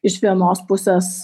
iš vienos pusės